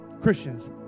Christians